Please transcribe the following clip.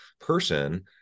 person